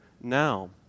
now